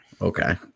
okay